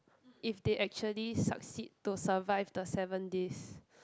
if they actually succeed to survive the seven days